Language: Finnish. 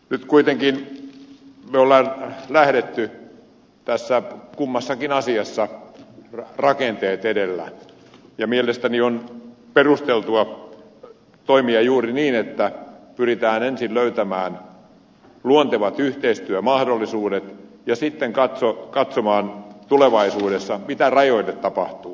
nyt kuitenkin olemme lähteneet kummassakin asiassa rakenteet edellä ja mielestäni on perusteltua toimia juuri niin että pyritään ensin löytämään luontevat yhteistyömahdollisuudet ja sitten katsomaan tulevaisuudessa mitä rajoille tapahtuu